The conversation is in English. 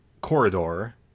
corridor